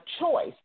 choice